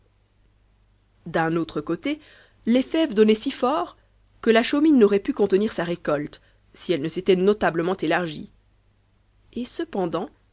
d'un autre coté les fèves donnaient si fort que la chaumine n'aurait pu contenir sa récolte si elle ne s'était notablement élargie et cependant